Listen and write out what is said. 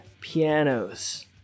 pianos